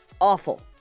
awful